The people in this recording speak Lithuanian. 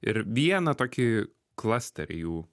ir vieną tokį klasterį jų